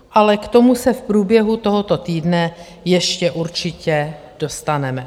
Ale k tomu se v průběhu tohoto týdne ještě určitě dostaneme.